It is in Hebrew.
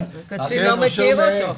כן, הקצין לא מכיר אותו.